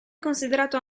considerato